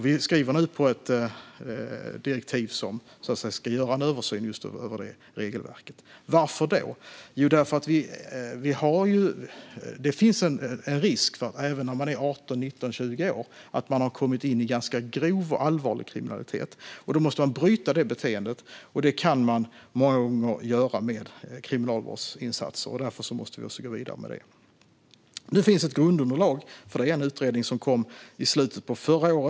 Vi skriver nu på ett direktiv om en översyn av just det regelverket. Varför då? Jo, det finns en risk för att man även när man är 18, 19 eller 20 år har kommit in i ganska grov allvarlig kriminalitet. Då måste det beteendet brytas. Det kan många gånger göras med kriminalvårdsinsatser. Därför måste vi gå vidare med det. Det finns nu ett grundunderlag för det i en utredning som kom i slutet av förra året.